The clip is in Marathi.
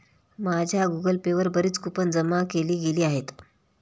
माझ्या गूगल पे वर बरीच कूपन जमा केली गेली आहेत